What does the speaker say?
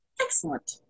Excellent